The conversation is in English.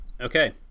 okay